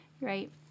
right